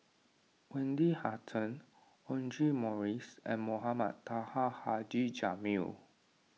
Wendy Hutton Audra Morrices and Mohamed Taha Haji Jamil